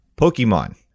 Pokemon